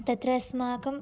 तत्र अस्माकं